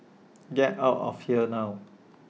get out of here now